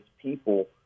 people